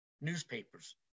Newspapers